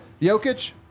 Jokic